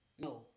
no